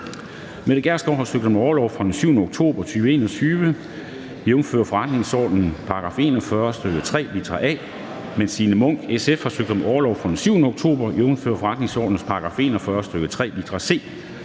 Mette Gjerskov (S) har søgt om orlov fra den 7. oktober 2021 jf. forretningsordenens § 41, stk. 3, litra a, mens Signe Munk (SF) har søgt om orlov fra den 7. oktober, jf. forretningsordenens § 41, stk. 3, litra c.